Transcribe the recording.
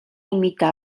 imitar